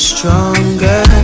Stronger